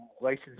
license